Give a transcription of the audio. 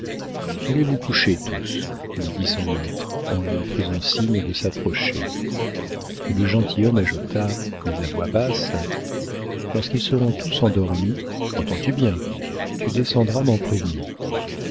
allez vous coucher tous lui dit son maître en lui faisant signe de s'approcher et le gentilhomme ajouta mais à voix basse lorsqu'ils seront tous endormis endormis entends-tu bien tu descendras m'en prévenir